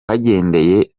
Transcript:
ahanini